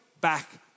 back